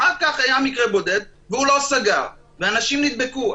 אחר כך היה מקרה בודד והוא לא סגר ואנשים נדבקו,